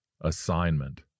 assignment